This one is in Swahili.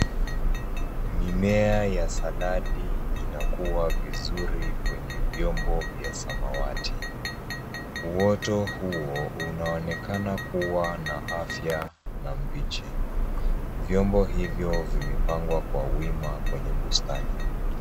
Mimea ya saladi inakua vizuri kwenye vyombo vya samawati, uoto huo unaonekana kua na afya na mbichi, vyombo hivyo vimepangwa kwa wima kwenye bustani.